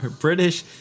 British